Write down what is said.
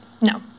no